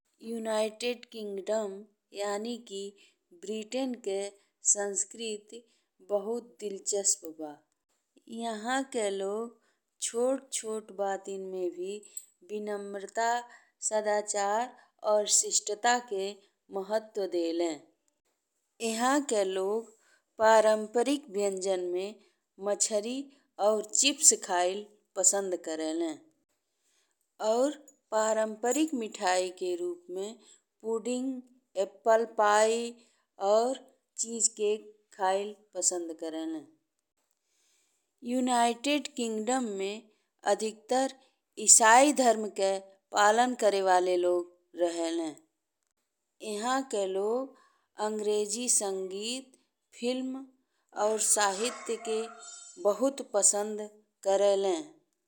United Kingdom यानी कि Britain के संस्कृति बहुत दिलचस्प बा। एहां के लोग छोट-छोट बाति पे भी विनम्रता, सदाचार और शिष्टता के महत्व देले। एहां के लोग पारंपरिक व्यंजन में मछरी और चिप्स खाइल पसंद करेलें। और पारंपरिक मिठाई के रूप में पुडिंग, एप्पल पाई और चीज़ केक खाइल पसंद करेलें। युनाइटेड किंगडम में अधिकतर ईसाई धर्म के पालन करे वाला लोग रहेलें। एहां के लोग अंग्रेजी संगीत, फिल्म और साहित्य के बहुत पसंद करेलें।